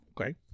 Okay